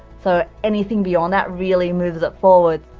so anything beyond that really moves it forwards.